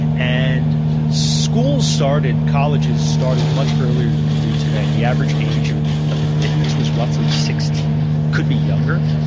and school started, colleges started much earlier than they do today. the average age of of admittance was roughly sixteen. could be younger.